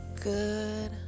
good